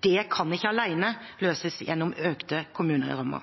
Det kan ikke alene løses gjennom økte kommunerammer.